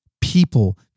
people